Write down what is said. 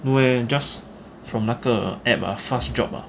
no eh just from 那个 application ah FastJobs ah